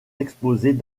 exposés